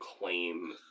claim